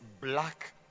black